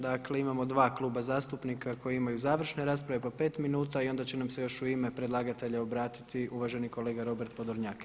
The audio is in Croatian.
Dakle, imamo dva kluba zastupnika koji imaju završne rasprave po pet minuta i onda će nam se još u ime predlagatelja obratiti uvaženi kolega Robert Podolnjak.